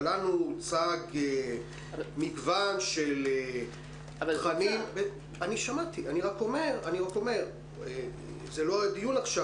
אבל לנו הוצג מגוון של תכנים זה לא הדיון עכשיו,